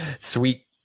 sweet